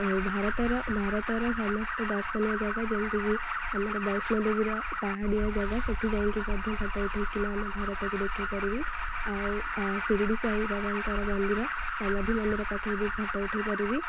ଆଉ ଭାରତର ଭାରତର ସମସ୍ତ ଦର୍ଶନୀୟ ଜାଗା ଯେମିତି କି ଆମର ବୈଷ୍ଣବଦେବୀର ପାହାଡ଼ିଆ ଜାଗା ସେଇଠି ଯାଇକି ମଧ୍ୟ ଫଟୋ ଉଠାଇକିନା ଆମ ଭାରତକୁ ଦେଖାଇ ପାରିବି ଆଉ ଶିରିଡ଼ି ସାଇବାବାଙ୍କର ମନ୍ଦିର ସମାଧି ମନ୍ଦିର ପାଖରେ ବି ଫଟୋ ଉଠାଇପାରିବି